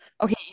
Okay